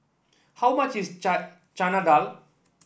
how much is Chana Dal